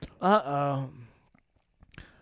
uh-oh